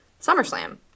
SummerSlam